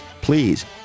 please